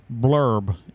blurb